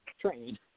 train